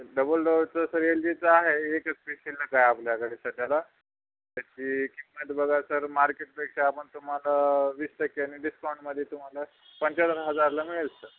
double डोअरचं sir L जीचं आहे एक स्पेशल न काय आपल्याकडे सध्याला त्याची किंमत बघा सर मार्केटपेक्षा आपण तुम्हाला वीस टक्क्याने डिस्काउंटमध्ये तुम्हाला पंच्याहत्तर हजारला मिळेल सर